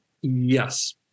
Yes